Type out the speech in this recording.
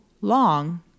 Long